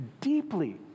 deeply